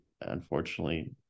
unfortunately